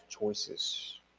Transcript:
choices